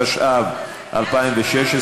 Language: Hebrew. התשע"ו 2016,